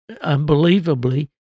unbelievably